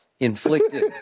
Inflicted